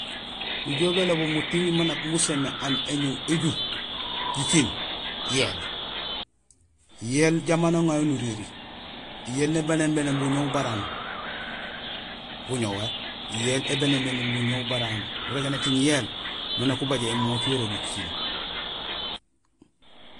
Nijool bélébul muting man nak musin mé aan éñoow; éju jiciil: yéél; yéél jamba aan aŋayo nuréri. Yéél nébénébénéén buñoow bara aan; buñoow yéél ébénébénéén buñoow bara aan. Urégéén éting yéél, man nak ubaaj émooc yara guciil.